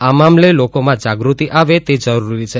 આ મામલે લોકોમાં જાગૃતિ આવે તે જરૂરી છે